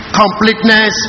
completeness